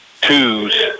twos